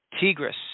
Tigris